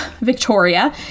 victoria